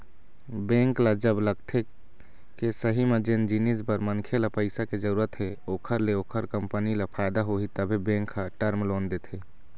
bank ल जब लगथे के सही म जेन जिनिस बर मनखे ल पइसा के जरुरत हे ओखर ले ओखर कंपनी ल फायदा होही तभे बेंक ह टर्म लोन देथे